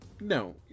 No